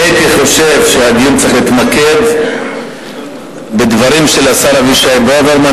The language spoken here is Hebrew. אני הייתי חושב שהדיון צריך להתמקד בדברים של השר אבישי ברוורמן,